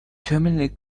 terminal